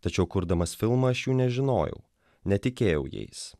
tačiau kurdamas filmą aš jų nežinojau netikėjau jais